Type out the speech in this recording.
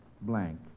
blank